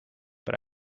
but